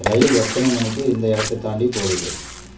ரயில் எத்தனை மணிக்கு இந்த இடத்தை தாண்டி போகுது